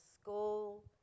school